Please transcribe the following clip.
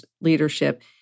leadership